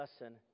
lesson